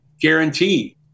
guarantee